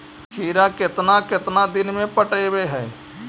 खिरा केतना केतना दिन में पटैबए है?